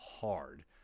hard